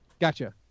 Gotcha